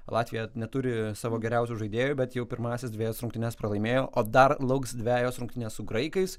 latvija neturi savo geriausių žaidėjų bet jau pirmąsias dvejas rungtynes pralaimėjo o dar lauks dvejos rungtynės su graikais